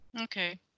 Okay